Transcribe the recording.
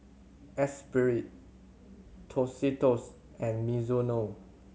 Esprit Tostitos and Mizuno